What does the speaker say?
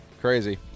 Crazy